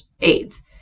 AIDS